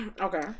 Okay